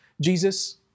Jesus